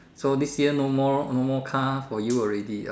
so this year no more no more car for you already